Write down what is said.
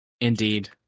Indeed